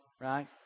right